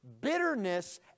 bitterness